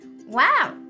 Wow